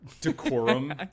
decorum